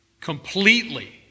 completely